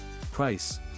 Price